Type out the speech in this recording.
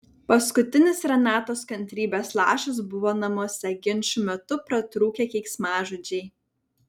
paskutinis renatos kantrybės lašas buvo namuose ginčų metu pratrūkę keiksmažodžiai